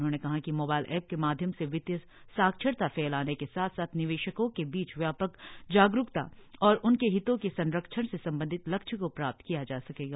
उन्होंने कहा कि मोबाइल ऐप के माध्यम से वित्तीय साक्षरता फैलाने के साथ साथ निवेशकों के बीच व्यापक जागरूकता और उनके हितों के संरक्षण से संबंधित लक्ष्य को प्राप्त किया जा सकेगा